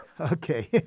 Okay